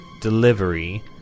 delivery